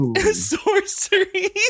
Sorcery